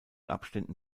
abständen